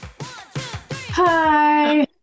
Hi